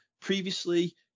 previously